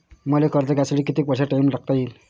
मले कर्ज घ्यासाठी कितीक वर्षाचा टाइम टाकता येईन?